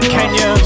Kenya